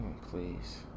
please